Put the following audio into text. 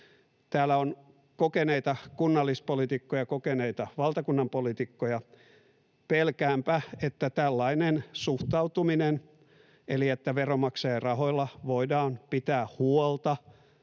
Täällä on kokeneita kunnallispoliitikkoja, kokeneita valtakunnanpoliitikkoja. Pelkäänpä, että tällainen suhtautuminen ja menettely — eli että veronmaksajien rahoilla voidaan pitää huolta